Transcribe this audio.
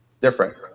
different